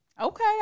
Okay